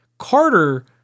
Carter